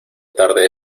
tarde